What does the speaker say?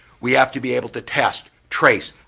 we have to be able to test, trace,